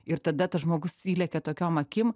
ir tada tas žmogus įlekia tokiom akim